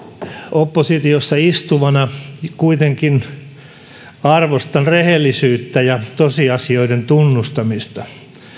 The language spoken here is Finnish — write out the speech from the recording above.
oppositiossa istuvana kuitenkin arvostan rehellisyyttä ja tosiasioiden tunnustamista